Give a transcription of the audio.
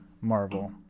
marvel